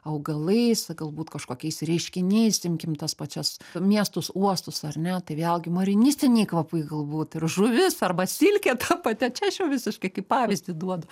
augalais galbūt kažkokiais reiškiniais imkim tas pačias miestus uostus ar ne tai vėlgi marinistiniai kvapai galbūt ir žuvis arba silkė ta pati čia aš jau visiškai kaip pavyzdį duodu